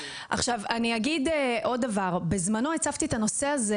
אני אגיד עוד דבר: בזמנו הצפתי את הנושא הזה,